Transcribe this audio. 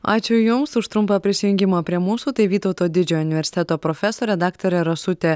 ačiū jums už trumpą prisijungimą prie mūsų tai vytauto didžiojo universiteto profesorė daktarė rasutė